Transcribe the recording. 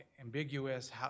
ambiguous